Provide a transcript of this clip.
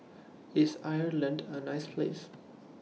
IS Ireland A nice Place